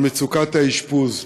על מצוקת האשפוז.